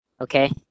Okay